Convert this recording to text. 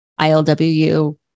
ILWU